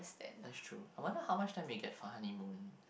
that's true I wonder how much time they get for honeymoon